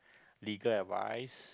legal advice